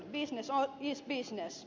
business is business